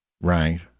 Right